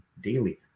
daily